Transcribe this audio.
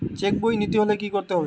Check বই নিতে হলে কি করতে হবে?